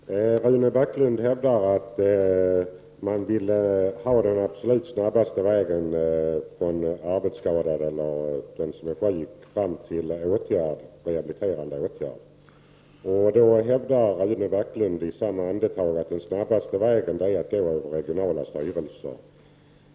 Herr talman! Rune Backlund hävdar att man vill hitta den absolut snabbaste vägen från den som är arbetsskadad eller sjuk fram till rehabiliterande åtgärd. I samma andetag hävdar han att den snabbaste vägen är att gå över regionala styrelser.